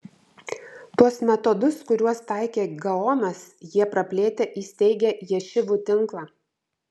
tuos metodus kuriuos taikė gaonas jie praplėtė įsteigę ješivų tinklą